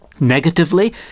Negatively